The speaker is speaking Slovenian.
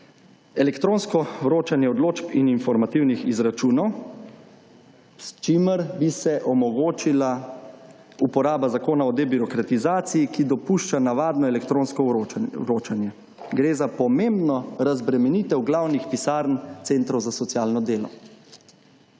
Elektronsko vročanje odločb in informativnih izračunov, s čimer bi se omogočila uporaba Zakona o debirokratizaciji, ki dopušča navadno elektronsko vročanje. Gre za pomembno razbremenitev glavnih pisarn Centrov za socialno delo.